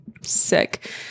Sick